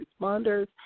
responders